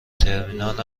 ترمینال